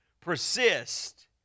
Persist